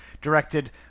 directed